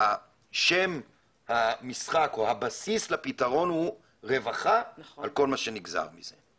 שם המשחק והבסיס לפתרון רווחה על כול מה שנגזר מזה.